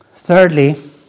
Thirdly